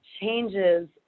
changes